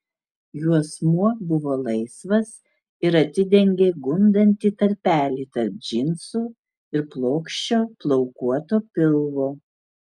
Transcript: juosmuo buvo laisvas ir atidengė gundantį tarpelį tarp džinsų ir plokščio plaukuoto pilvo